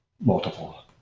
multiple